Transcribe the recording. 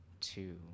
two